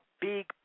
big